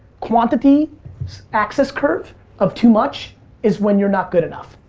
quantity axis curve of too much is when you're not good enough.